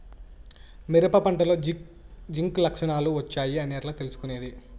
మిరప పంటలో జింక్ లక్షణాలు వచ్చాయి అని ఎట్లా తెలుసుకొనేది?